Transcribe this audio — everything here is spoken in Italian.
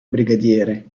brigadiere